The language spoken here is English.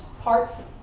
parts